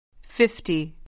Fifty